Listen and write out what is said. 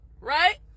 right